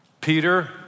Peter